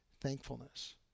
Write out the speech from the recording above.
thankfulness